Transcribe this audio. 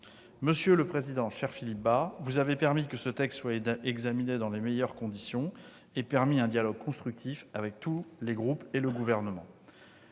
commission des lois, cher Philippe Bas, vous avez permis que ce texte soit examiné dans les meilleures conditions et permis un dialogue constructif avec tous les groupes et le Gouvernement.